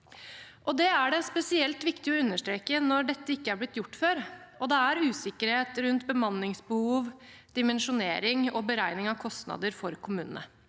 Det er det spesielt viktig å understreke når dette ikke er blitt gjort før, og det er usikkerhet rundt bemanningsbehov, dimensjonering og beregning av kostnader for kommunene.